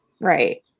Right